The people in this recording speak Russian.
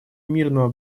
мирного